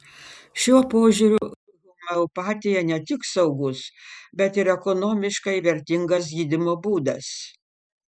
šiuo požiūriu homeopatija ne tik saugus bet ir ekonomiškai vertingas gydymo būdas